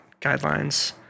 guidelines